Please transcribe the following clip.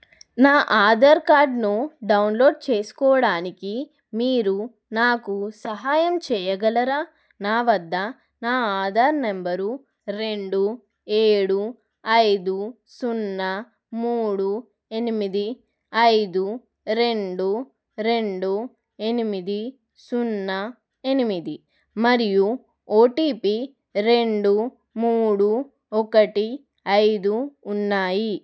నా ఆధార్ కార్డ్ను డౌన్లోడ్ చేసుకోవడానికి మీరు నాకు సహాయం చేయగలరా నా వద్ద నా ఆధార్ నెంబరు రెండు ఏడు ఐదు సున్నా మూడు ఎనిమిది ఐదు రెండు రెండు ఎనిమిది సున్నా ఎనిమిది మరియు ఓటీపీ రెండు మూడు ఒకటి ఐదు ఉన్నాయి